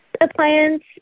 appliance